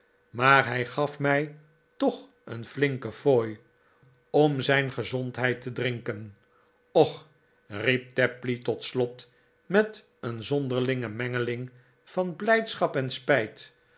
maar hij gaf mij toch een dikke fooi om zijn gezondheid te drinken och riep tapley tot slot met een zonderlinge mengeling van blijdschap en spijt